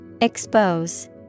Expose